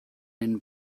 den